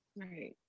Right